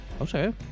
Okay